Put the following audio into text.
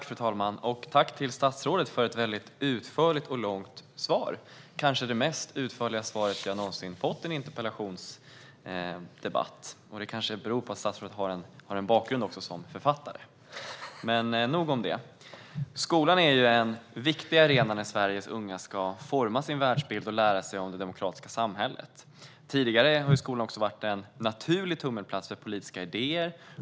Fru talman! Tack, statsrådet, för ett utförligt och långt svar! Det är nog det mest utförliga svar jag någonsin fått i en interpellationsdebatt. Det kanske beror på att statsrådet har en bakgrund som författare. Skolan är en viktig arena när Sveriges unga ska forma sin världsbild och lära sig om det demokratiska samhället. Tidigare har skolan också varit en naturlig tummelplats för politiska idéer.